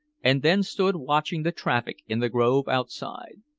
and then stood watching the traffic in the grove outside.